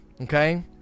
okay